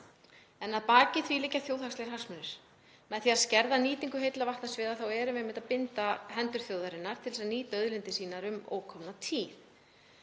Að baki því liggja þjóðhagslegir hagsmunir. Með því að skerða nýtingu heilla vatnasviða erum við einmitt að binda hendur þjóðarinnar gagnvart því að nýta auðlindir sínar um ókomna tíð.